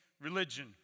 religion